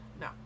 no